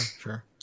Sure